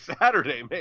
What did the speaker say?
Saturday